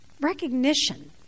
recognition